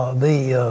the